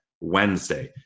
Wednesday